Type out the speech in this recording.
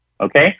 okay